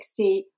60